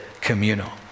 communal